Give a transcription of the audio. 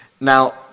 Now